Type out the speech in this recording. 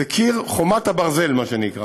זה קיר חומת הברזל, מה שנקרא